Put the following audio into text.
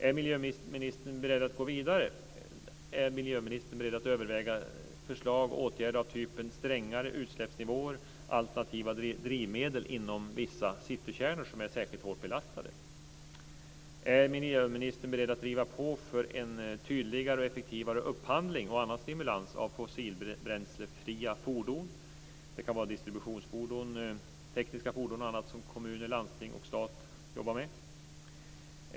Är miljöministern beredd att gå vidare och överväga förslag och åtgärder av typen strängare utsläppsnivåer och alternativa drivmedel inom vissa citykärnor som är särskilt hårt belastade? Är miljöministern beredd att driva på för en tydligare och effektivare upphandling och annan stimulans av fossilbränslefria fordon? Det kan vara distributionsfordon, tekniska fordon och annat som kommuner, landsting och stat jobbar med.